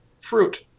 fruit